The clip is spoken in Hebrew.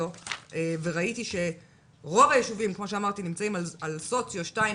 וראיתי שרוב היישובים נמצאים על סוציו 2,